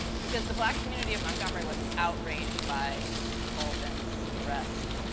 because the black community of montgomery was outraged by colvin's arrest.